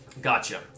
Gotcha